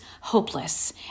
hopeless